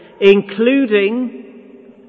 including